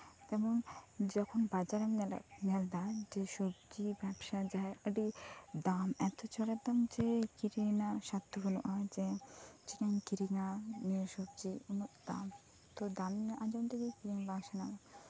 ᱡᱚᱠᱷᱚᱱ ᱡᱟᱡᱟᱨᱮᱢ ᱧᱮᱞ ᱫᱟ ᱡᱮ ᱥᱚᱵᱡᱤ ᱵᱮᱵᱥᱟ ᱡᱟᱦᱟᱸᱭᱟᱜ ᱟᱹᱰᱤ ᱫᱟᱢ ᱮᱛ ᱪᱚᱲᱟ ᱡᱮ ᱡᱟᱦᱟᱸᱭᱟᱜ ᱠᱤᱨᱤᱧ ᱨᱮᱱᱟᱜ ᱥᱟᱫᱽᱫᱷᱚ ᱵᱟᱱᱩᱜᱼᱟ ᱡᱮᱧ ᱠᱤᱨᱤᱧᱟ ᱱᱤᱭᱟᱹ ᱥᱚᱵᱡᱤ ᱩᱱᱟᱹᱜ ᱫᱟᱢ